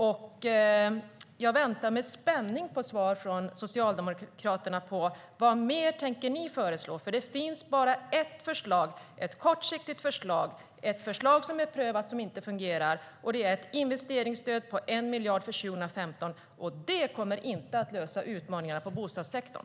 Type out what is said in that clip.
Jag väntar med spänning på svar från Socialdemokraterna om vad ni mer tänker föreslå, för det finns bara ett kortsiktigt förslag som är prövat och inte fungerar: ett investeringsstöd på 1 miljard för 2015. Det kommer inte att lösa utmaningarna inom bostadssektorn.